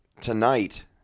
tonight